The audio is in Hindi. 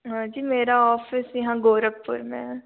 हाँ जी मेरा ऑफिस यहाँ गोरखपुर में है